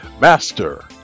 master